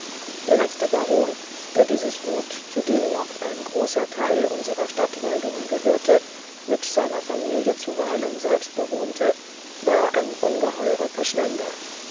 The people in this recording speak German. der letzte baron der dieses gut zu dem noch ein großer teil unserer stadtwaldungen gehörte mit seiner familie zuweilen selbst bewohnte war ein ungeheuerer verschwender